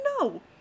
No